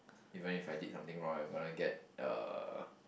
even if I did something wrong I'm gonna get uh